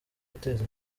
guteza